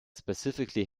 specifically